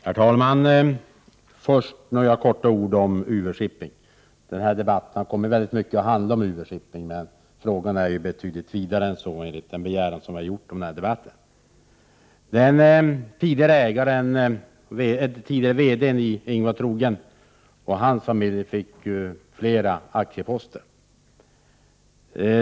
Herr talman! Först några ord om UV-Shipping. Den här debatten haristor utsträckning kommit att handla om UV-Shipping, men frågan är ju betydligt vidare än så. Den tidigare VD-n, Ingvar Trogen, och hans familj fick flera aktieposter.